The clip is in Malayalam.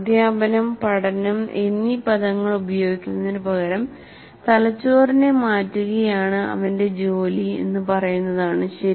അദ്ധ്യാപനം പഠനം എന്നീ പദങ്ങൾ ഉപയോഗിക്കുന്നതിനുപകരം തലച്ചോറിനെ മാറ്റുകയാണ് അവന്റെ ജോലി എന്ന് പറയുന്നതാണ് ശരി